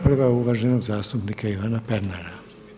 Prva je uvaženog zastupnika Ivana Pernara.